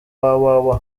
www